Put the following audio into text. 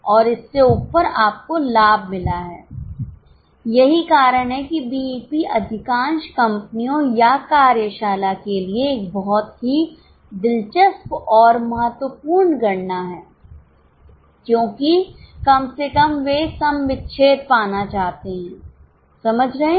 और इससे ऊपर आपको लाभ मिला है यही कारण है कि बीईपी अधिकांश कंपनियों या कार्यशाला के लिए एक बहुत ही दिलचस्प और महत्वपूर्ण गणना है क्योंकि कम से कम वे सम विच्छेद पाना चाहते हैं समझ रहे हैं